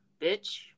bitch